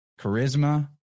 charisma